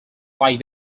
like